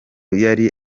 yari